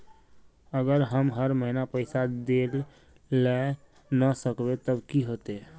अगर हम हर महीना पैसा देल ला न सकवे तब की होते?